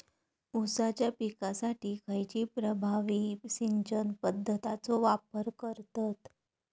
ऊसाच्या पिकासाठी खैयची प्रभावी सिंचन पद्धताचो वापर करतत?